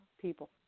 people